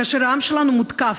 כאשר העם שלנו מותקף,